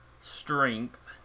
strength